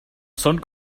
són